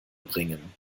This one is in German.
bringen